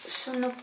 sono